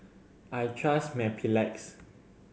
I trust Mepilex